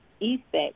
effect